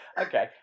Okay